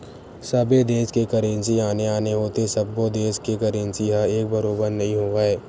सबे देस के करेंसी आने आने होथे सब्बो देस के करेंसी ह एक बरोबर नइ होवय